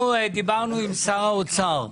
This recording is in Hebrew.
דיברנו עם שר האוצר.